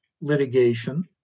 litigation